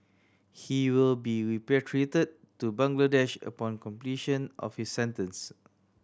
he will be repatriated to Bangladesh upon completion of his sentence